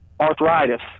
arthritis